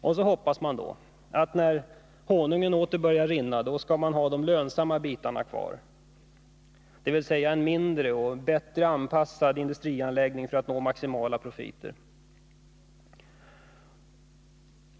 Och så hoppas man att man när honungen åter börjar rinna skall ha bara de mest lönsamma bitarna kvar, dvs. mindre industrianläggningar, anpassade för att ge maximala profiter.